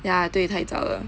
ya 对太早了